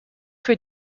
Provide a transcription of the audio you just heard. für